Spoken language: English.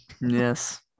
Yes